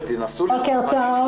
טוב,